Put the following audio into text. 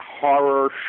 horror